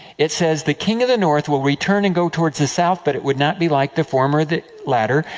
it says, the king of the north will return, and go towards the south, but it would not be like the former. the latter,